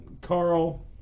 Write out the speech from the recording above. Carl